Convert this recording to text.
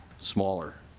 smaller.